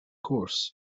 course